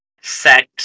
set